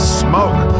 smoke